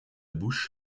bush